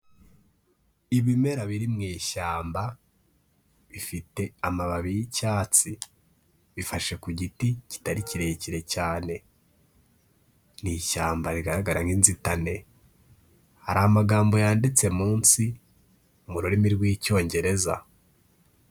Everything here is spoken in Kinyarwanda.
Ibimera biri mu ishyamba bifite amababi y'icyatsi bifashe ku giti kitari kirekire cyane, ni ishyamba rigaragara nk'inzitane, hari amagambo yanditse munsi mu rurimi rw'icyongereza.